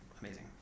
amazing